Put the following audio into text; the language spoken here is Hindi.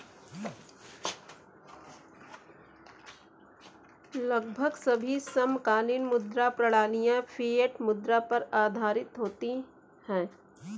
लगभग सभी समकालीन मुद्रा प्रणालियाँ फ़िएट मुद्रा पर आधारित होती हैं